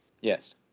Yes